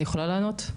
אני יכולה לענות?